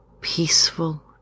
peaceful